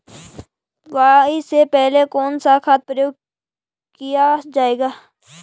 बुआई से पहले कौन से खाद का प्रयोग किया जायेगा?